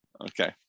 Okay